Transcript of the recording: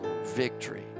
victory